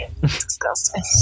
Disgusting